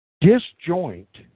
disjoint